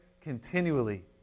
continually